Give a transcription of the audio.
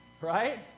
Right